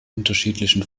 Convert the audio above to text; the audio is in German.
unterschiedlichen